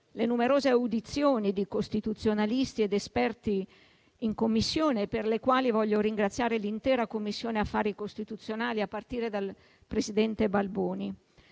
le numerose audizioni di costituzionalisti ed esperti in Commissione, per le quali voglio ringraziare l'intera Commissione affari costituzionali, a partire dal presidente Balboni.